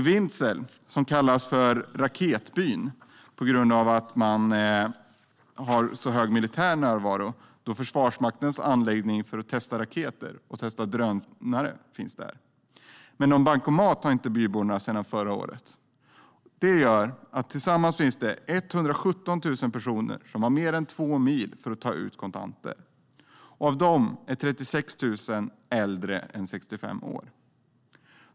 Vidsel kallas för raketbyn eftersom Försvarsmaktens anläggning för att testa raketer och drönare ligger där. Men någon bankomat har inte byborna sedan förra året. Sammantaget har 117 000 personer mer än två mil till att ta ut kontanter. Av dessa är 36 000 äldre än 65 år.